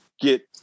get